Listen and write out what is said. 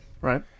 Right